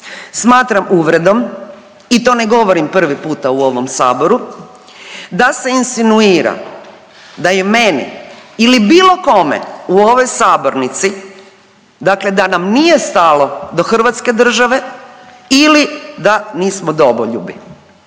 Smatram uvredom i to ne govorim prvi puta u ovom saboru da se insinuira da je meni ili bilo kome u ovoj sabornici, dakle da nam nije stalo do Hrvatske države ili da nismo domoljubi.